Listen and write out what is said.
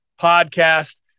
podcast